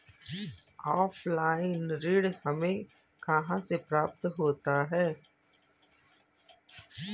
Offline ऋण हमें कहां से प्राप्त होता है?